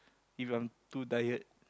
if I'm too tired